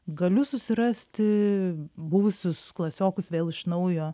galiu susirasti buvusius klasiokus vėl iš naujo